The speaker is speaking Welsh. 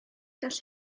gall